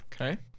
Okay